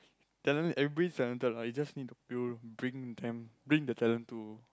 talent everybody is talented lah you just need to bring them bring the talent to